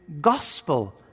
gospel